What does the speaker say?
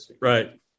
Right